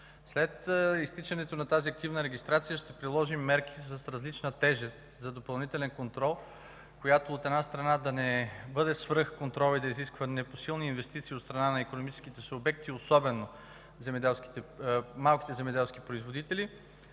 След изтичането на тази активна регистрация ще приложим мерки с различна тежест за допълнителен контрол, която, от една страна, да не бъде свръх контрол и да изисква непосилни инвестиции от страна на икономическите субекти, особено от малките земеделски производители,